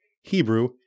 Hebrew